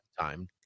time